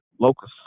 locus